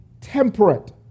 temperate